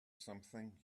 something